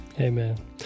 Amen